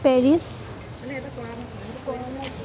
Paris